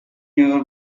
your